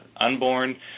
Unborn